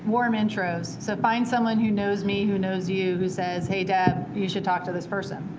warm intros so find someone who knows me who knows you, who says, hey, deb, you should talk to this person.